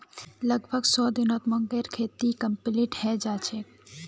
लगभग सौ दिनत मूंगेर खेती कंप्लीट हैं जाछेक